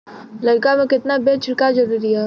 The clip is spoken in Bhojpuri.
लउका में केतना बेर छिड़काव जरूरी ह?